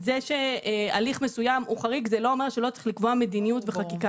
זה שהליך מסוים הוא חריג זה לא אומר שלא צריך לקבוע מדיניות בחקיקה.